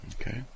Okay